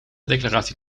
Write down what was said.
declaratie